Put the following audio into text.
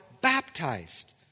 baptized